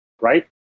right